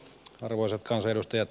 arvoisat kansanedustajat